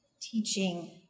teaching